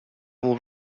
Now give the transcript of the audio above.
will